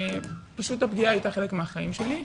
פשוט הפגיעה הייתה חלק מהחיים שלי.